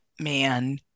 man